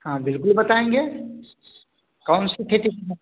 हाँ बिल्कुल बताएँगे कौ नसे खेती में